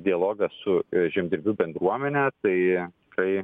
dialogą su žemdirbių bendruomene tai kai